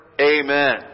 Amen